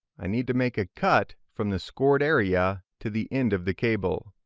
i need to make a cut from the scored area to the end of the cable.